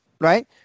right